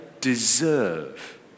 deserve